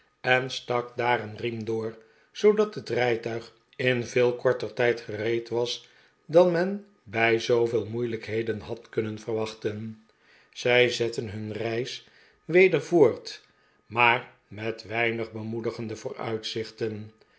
en stak daar een riem door zoodat het rijtuig in veel korter tijd gereed was dan men bij zooveel moeilijkheden had kunnen verwachten zij zetten hun reis weder voort maar met weinig bemoedigende vooruitzichten